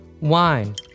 wine